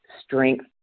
strength